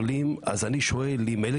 אז אני שואל אם גם אלה